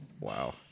Wow